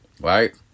right